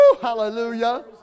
Hallelujah